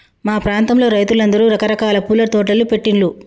మా ప్రాంతంలో రైతులందరూ రకరకాల పూల తోటలు పెట్టిన్లు